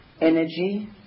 energy